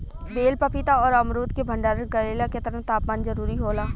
बेल पपीता और अमरुद के भंडारण करेला केतना तापमान जरुरी होला?